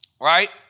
right